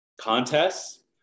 contests